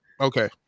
okay